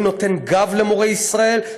אני נותן גב למורי ישראל,